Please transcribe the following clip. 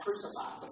crucified